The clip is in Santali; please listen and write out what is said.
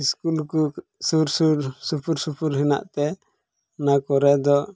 ᱥᱠᱩᱞ ᱠᱚ ᱥᱩᱨ ᱥᱩᱨ ᱥᱩᱯᱩᱨ ᱥᱩᱯᱩᱨ ᱦᱮᱱᱟᱜ ᱛᱮ ᱚᱱᱟ ᱠᱚᱨᱮᱫᱚ